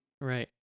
Right